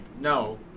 No